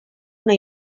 una